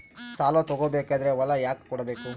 ಸಾಲ ತಗೋ ಬೇಕಾದ್ರೆ ಹೊಲ ಯಾಕ ಕೊಡಬೇಕು?